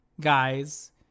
guys